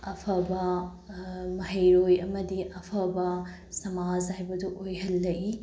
ꯑꯐꯕ ꯃꯍꯩꯔꯣꯏ ꯑꯃꯗꯤ ꯑꯐꯕ ꯁꯃꯥꯖ ꯍꯥꯏꯕꯗꯨ ꯑꯣꯏꯍꯜꯂꯛꯏ